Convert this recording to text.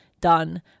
done